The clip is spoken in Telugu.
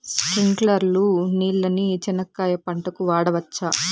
స్ప్రింక్లర్లు నీళ్ళని చెనక్కాయ పంట కు వాడవచ్చా?